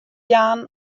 jaan